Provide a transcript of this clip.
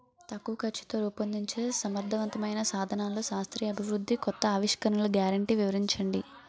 తక్కువ ఖర్చుతో రూపొందించే సమర్థవంతమైన సాధనాల్లో శాస్త్రీయ అభివృద్ధి కొత్త ఆవిష్కరణలు గ్యారంటీ వివరించండి?